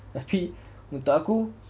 tapi untuk aku